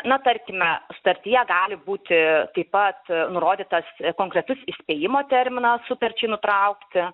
na tarkime sutartyje gali būti taip pat nurodytas konkretus įspėjimo terminas sutarčiai nutraukti